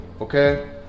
okay